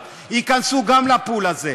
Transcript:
ייכנסו גם הן לפול הזה?